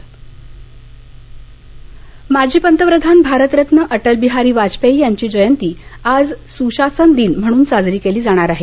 सशासन दिन माजी पंतप्रधान भारतरत्न अटल बिहारी वाजपेयी यांची जयंती आज सुशासन दिन म्हणून साजरी केली जाणार आहे